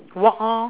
walk orh